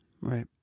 Right